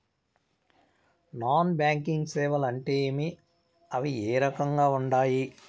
non banking సేవలు అంటే ఏమి అవి ఏ రకంగా ఉండాయి